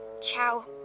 Ciao